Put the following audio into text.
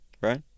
right